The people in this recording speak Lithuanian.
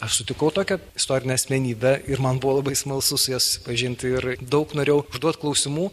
aš sutikau tokią istorinę asmenybę ir man buvo labai smalsu su ja susipažinti ir daug norėjau užduot klausimų